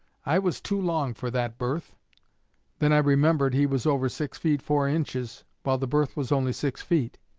i was too long for that berth then i remembered he was over six feet four inches, while the berth was only six feet.